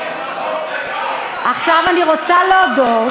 עכשיו אני רוצה להודות,